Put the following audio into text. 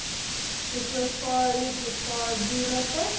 تُہۍ چھِو حظ کا ییٚتی کار ڈیٖلَر پٮ۪ٹھ